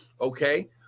okay